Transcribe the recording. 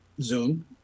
Zoom